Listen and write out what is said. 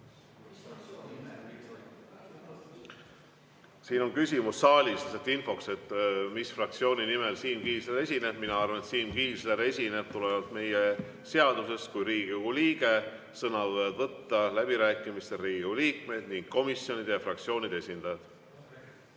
siin on küsimus saalist, mis fraktsiooni nimel Siim Kiisler esineb. Mina arvan, et Siim Kiisler esineb tulenevalt meie seadusest kui Riigikogu liige. Sõna võivad võtta läbirääkimistel Riigikogu liikmed ning komisjonide ja fraktsioonide esindajad.